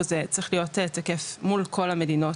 זה צריך להיות תקף אל מול כל המדינות